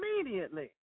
immediately